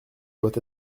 doit